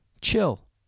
Chill